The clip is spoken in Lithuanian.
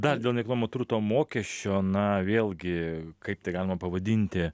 dar dėl nekilnojamo turto mokesčio na vėlgi kaip tai galima pavadinti